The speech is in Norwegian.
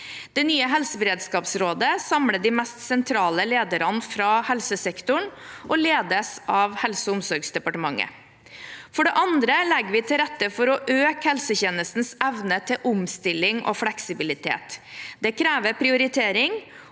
Det nye Helseberedskapsrådet samler de mest sentrale lederne fra helsesektoren og ledes av Helse- og omsorgsdepartementet. For det andre legger vi til rette for å øke helsetjenestens evne til omstilling og fleksibilitet. Det krever prioritering,